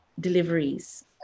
deliveries